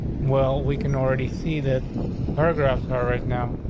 well, we can already see that paragraphs are right now.